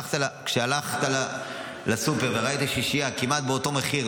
כשהלכת לסופר וראית שישייה כמעט באותו מחיר,